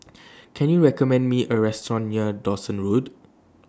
Can YOU recommend Me A Restaurant near Dawson Road